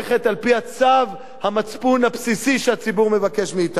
על-פי צו המצפון הבסיסי שהציבור מבקש מאתנו.